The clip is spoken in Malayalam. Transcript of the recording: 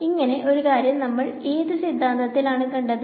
ഇങ്ങനെ ഒരു കാര്യം നമ്മൾ ഏത് സിദ്ധാന്തത്തിൽ ആണ് കണ്ടത്